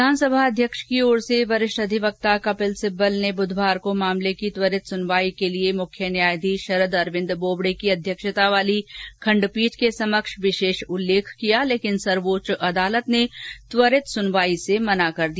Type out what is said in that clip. विधानसभा अध्यक्ष की ओर से वरिष्ठ अधिवक्ता कपिल सिब्बल ने आज मामले की त्वरित सुनवाई के लिए मुख्य न्यायाधीश शरद अरविंद बोबडे की अध्यक्षता वाली खंडपीठ के समक्ष विशेष उल्लेख किया लेकिन सर्वोच्च अदालत ने त्वरित सुनवाई से मना कर दिया